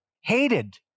hated